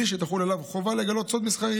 בלי שתחול עליו חובה לגלות סוד מסחרי.